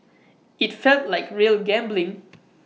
IT felt like real gambling